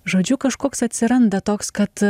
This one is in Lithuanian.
žodžiu kažkoks atsiranda toks kad